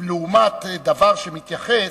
לעומת דבר שמתייחס: